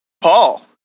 Paul